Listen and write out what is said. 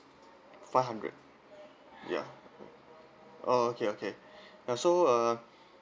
five hundred ya oh okay okay ya so uh